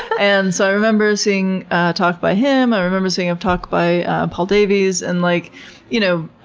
and so i remember seeing a talk by him, i remember seeing a talk by paul davies, and like you know,